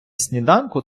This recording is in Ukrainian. сніданку